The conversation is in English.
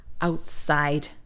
outside